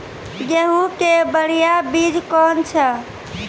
गेहूँ के बढ़िया बीज कौन छ?